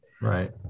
Right